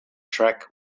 track